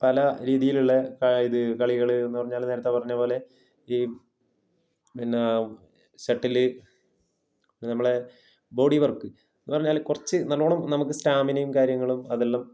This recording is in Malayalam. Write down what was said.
പല രീതിയിലുള്ള ഇത് കളികൾ എന്ന് പറഞ്ഞാൽ നേരത്തെ പറഞ്ഞത് പോലെ ഈ പിന്നെ സട്ടില് പിന്നെ നമ്മളെ ബോഡീവര്ക്ക് എന്ന് പറഞ്ഞാൽ കുറച്ച് നല്ലോണം നമുക്ക് സ്റ്റാമിനയും കാര്യങ്ങളും അതെല്ലാം